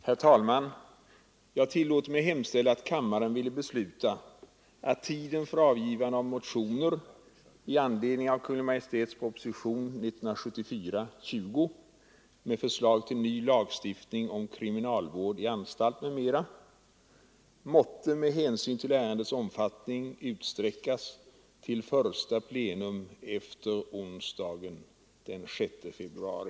Herr talman! Jag tillåter mig hemställa att kammaren ville besluta att tiden för avgivande av motioner i anledning av Kungl. Maj:ts proposition 1974:20 med förslag till ny lagstiftning om kriminalvård i anstalt m.m. måtte med hänsyn till ärendets omfattning utsträckas till första plenum efter onsdagen den 6 februari.